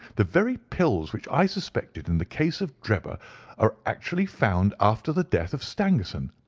the very pills which i suspected in the case of drebber are actually found after the death of stangerson.